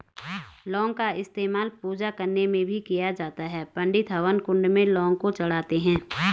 लौंग का इस्तेमाल पूजा करने में भी किया जाता है पंडित हवन कुंड में लौंग को चढ़ाते हैं